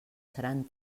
seran